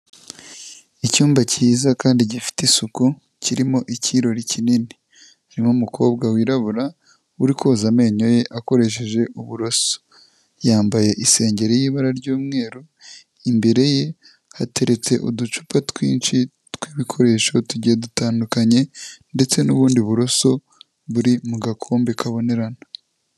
Icyumba cyiza kandi gifite isuku kirimo ikirori kinini. Harimo umukobwa wirabura uri koza amenyo ye akoresheje uburoso. Yambaye isengeri y'ibara ry'umweru, imbere ye hateretse uducupa twinshi tw'ibikoresho tugiye dutandukanye ndetse n'ubundi buroso buri mu gakombe kabonerana.